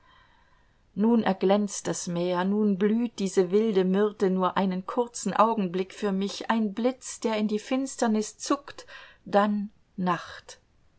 nun erglänzt das meer nun blüht diese wilde myrte nur einen kurzen augenblick für mich ein blitz der in die finsternis zuckt dann nacht